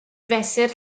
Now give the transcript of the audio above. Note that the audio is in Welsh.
fesur